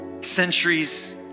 centuries